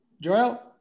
Joel